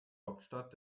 hauptstadt